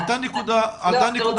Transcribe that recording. עלתה נקודה חשובה,